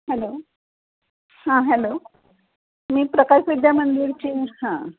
hello हां hello मी प्रकाश विद्यामंदिरची हां